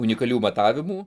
unikalių matavimų